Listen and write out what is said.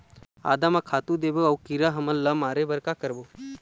आदा म का खातू देबो अऊ कीरा हमन ला मारे बर का करबो?